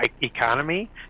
economy